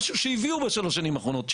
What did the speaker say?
משהו שהביאו בשלוש השנים האחרונות.